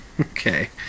Okay